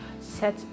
set